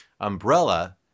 umbrella